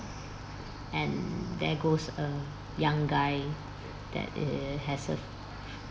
and there goes a young guy that eh has a